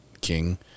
king